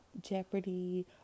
Jeopardy